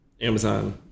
Amazon